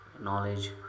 knowledge